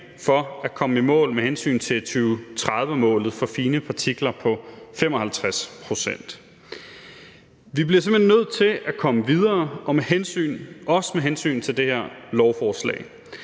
for at komme i mål med hensyn til 2030-målet for fine partikler på 55 pct. Vi bliver simpelt hen nødt til at komme videre også med hensyn til det her lovforslag.